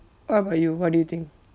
what about you what do you think